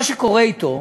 מה שקורה אתו: